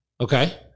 Okay